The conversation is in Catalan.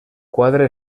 quadre